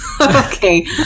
Okay